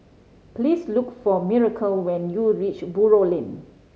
please look for Miracle when you reach Buroh Lane